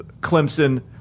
Clemson